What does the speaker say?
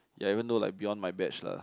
ya even though like beyond my batch lah